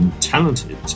Talented